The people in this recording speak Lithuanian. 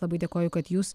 labai dėkoju kad jūs